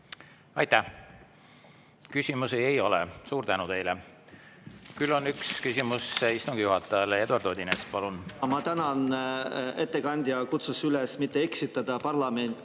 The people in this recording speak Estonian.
Aitäh! Küsimusi ei ole. Suur tänu teile! Küll on üks küsimus istungi juhatajale. Eduard Odinets, palun! Ma tänan! Ettekandja kutsus üles mitte eksitama parlamenti